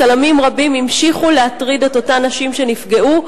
צלמים רבים המשיכו להטריד את אותן נשים שנפגעו,